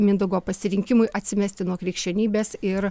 mindaugo pasirinkimui atsimesti nuo krikščionybės ir